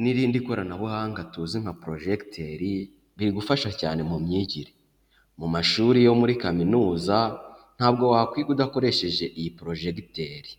n'irindi koranabuhanga tuzi nka porojegiteri biri gufasha cyane mu myigire. Mu mashuri yo muri kaminuza ntabwo wakwiga udakoresheje iyi porojegiteri.